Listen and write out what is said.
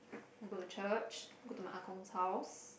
I go to church go to my ah gong's house